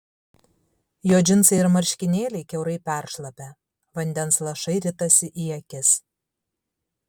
jo džinsai ir marškinėliai kiaurai peršlapę vandens lašai ritasi į akis